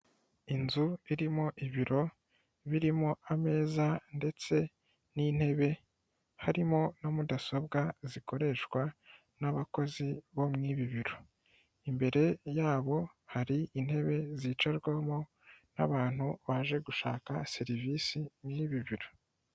Inzu irimo ibiro birimo ameza ndetse n'intebe, harimo na mudasobwa zikoreshwa n'abakozi bo muri ibi biro, imbere yabo hari intebe zicarwamo n'abantu baje gushaka serivisi muri ibi biro.